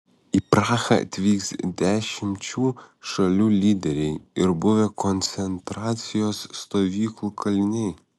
į prahą atvyks dešimčių šalių lyderiai ir buvę koncentracijos stovyklų kaliniai